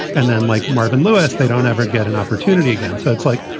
and then like marvin lewis, they don't ever get an opportunity again. so it's like,